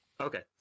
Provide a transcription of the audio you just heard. Okay